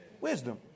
wisdom